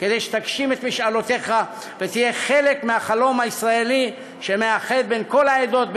כדי שתגשים את משאלותיך ותהיה חלק מהחלום הישראלי שמאחד בין כל העדות,